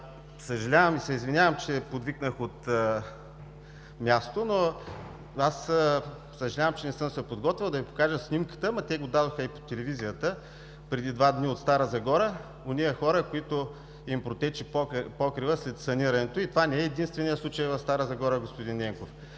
Съжалявам и се извинявам, че подвикнах от място. Съжалявам, че не съм се подготвил да Ви покажа снимката, но те го дадоха и по телевизията, преди два дни от Стара Загора – онези хора, на които им протече покривът след санирането. Това не е единственият случай в Стара Загора, господин Ненков.